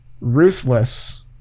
ruthless